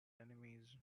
enemies